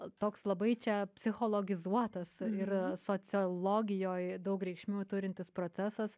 toks labai čia psichologizuotas ir sociologijoj daug reikšmių turintis procesas